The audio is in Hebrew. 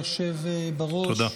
היושב בראש,